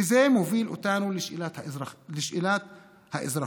וזה מוביל אותנו לשאלת האזרחות,